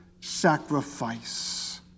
sacrifice